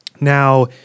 Now